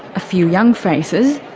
a few young faces,